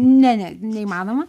ne ne neįmanoma